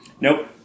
Nope